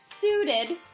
suited